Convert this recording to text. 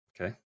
Okay